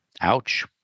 Ouch